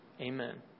Amen